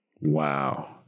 Wow